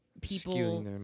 people